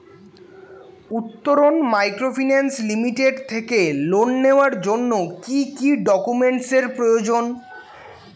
Uttaran microfinance limited থেকে loan নেওয়ার জন্য কি কি ডকুমেন্টস এর প্রয়োজন?